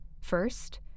First